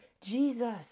Jesus